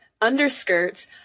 underskirts